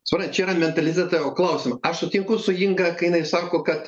suprantat čia yra mentaliteto jau klausimai aš sutinku su inga kai jinai sako kad